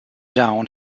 down